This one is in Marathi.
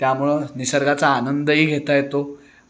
त्यामुळं निसर्गाचा आनंदही घेता येतो